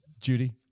Judy